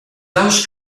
daus